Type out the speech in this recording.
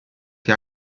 che